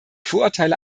vorurteile